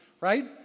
Right